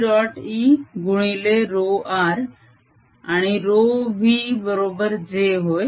E गुणिले ρ r आणि ρ v बरोबर j होय